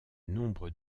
nombre